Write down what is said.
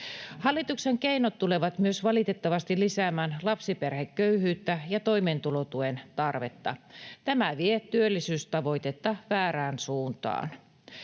Hallituksen keinot tulevat myös valitettavasti lisäämään lapsiperheköyhyyttä ja toimeentulotuen tarvetta. Tämä vie työllisyystavoitetta väärään suuntaan.